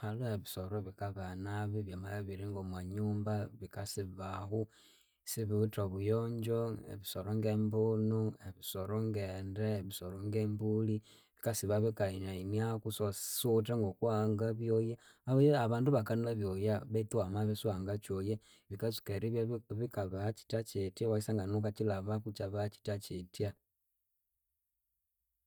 Haliho ebisoro ebikabeha nabi byamabya ibiri ngomwanyumba bikasiba ahu, sibiwithe obuyonjo, ebisoro nge mbunu, ebisoro ngende, ebisoro ngembulhi, bikasiba bikayiniayiniaku, so siwuwithe ngokuwanga byoya. Aliwe abandu bakana byowaya betu wamabya isiwangakyoya bikatsuka eribya bikabeha kyityakyitya iwayisangana wukakyilhabaku ikyabeha kyityakyitya.